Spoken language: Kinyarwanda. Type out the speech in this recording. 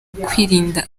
kwirinda